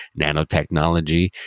nanotechnology